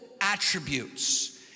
attributes